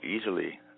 easily